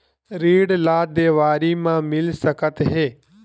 ऋण ला देवारी मा मिल सकत हे